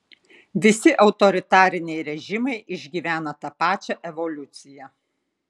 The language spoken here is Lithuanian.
visi autoritariniai režimai išgyvena tą pačią evoliuciją